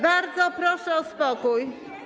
Bardzo proszę o spokój.